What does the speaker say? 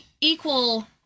equal